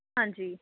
ਹਾਂਜੀ